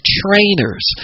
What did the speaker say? trainers